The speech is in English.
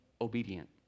obedient